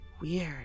Weird